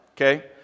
Okay